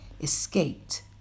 escaped